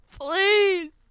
Please